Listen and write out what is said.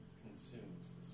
consumes